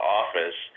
office